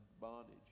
bondage